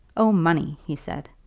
oh, money! he said.